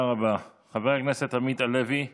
50 החברות המובילות במשק.